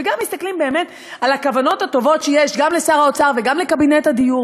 וגם מסתכלים על הכוונות הטובות שיש גם לשר האוצר וגם לקבינט הדיור,